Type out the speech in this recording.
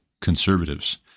conservatives